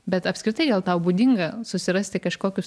bet apskritai gal tau būdinga susirasti kažkokius